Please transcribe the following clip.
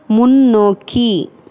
முன்னோக்கி